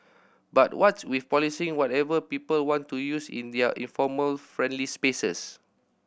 but what's with policing whatever people want to use in their informal friendly spaces